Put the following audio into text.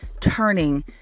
turning